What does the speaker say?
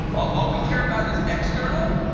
ah all we care about is external.